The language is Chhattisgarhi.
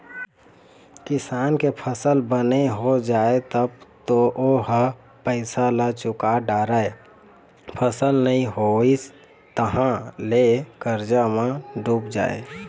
किसान के फसल बने हो जाए तब तो ओ ह पइसा ल चूका डारय, फसल नइ होइस तहाँ ले करजा म डूब जाए